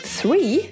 three